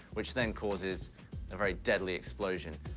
which then causes a very deadly explosion.